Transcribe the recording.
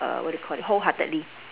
uh what do you call it wholeheartedly